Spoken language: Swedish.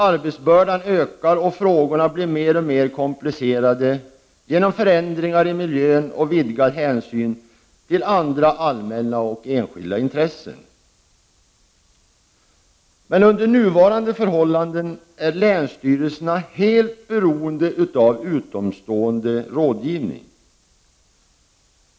Arbetsbördan ökar och frågorna blir mer och mer komplicerade till följd av förändringar i miljön och vidgad hänsyn till andra allmänna och enskilda intressen. Men under nuvarande förhållanden är länsstyrelserna helt beroende av utomstående rådgivning.